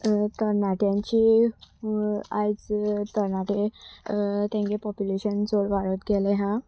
तरणाट्यांची आयज तरणाटे तेंगे पोपुलेशन चड वाडत गेलें आसा